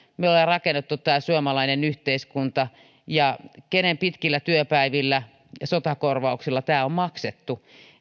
on rakennettu tämä suomalainen yhteiskunta ja kenen pitkillä työpäivillä ja sotakorvauksilla tämä on maksettu